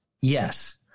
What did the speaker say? Yes